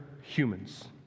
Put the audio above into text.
humans